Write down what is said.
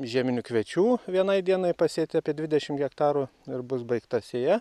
žieminių kviečių vienai dienai pasėt apie dvidešimt hektarų ir bus baigta sėja